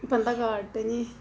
ഇപ്പോഴെന്താണ് കാട്ടിനി